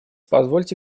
позвольте